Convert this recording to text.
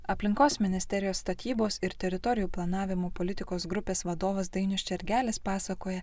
aplinkos ministerijos statybos ir teritorijų planavimo politikos grupės vadovas dainius čergelis pasakoja